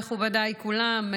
מכובדיי כולם,